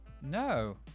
No